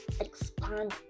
Expand